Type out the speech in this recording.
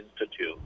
Institute